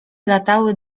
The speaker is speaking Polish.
latały